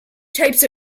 types